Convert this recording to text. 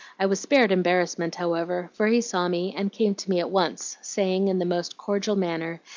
i was spared embarrassment, however, for he saw me and came to me at once, saying, in the most cordial manner,